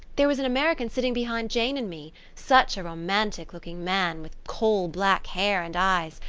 there was an american sitting behind jane and me such a romantic-looking man, with coal-black hair and eyes.